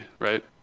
right